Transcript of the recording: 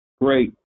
Great